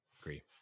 Agree